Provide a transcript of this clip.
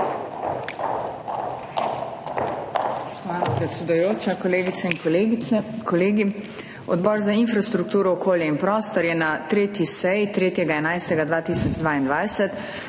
Odbor za infrastrukturo, okolje in prostor je na 3. seji 3. 11. 2022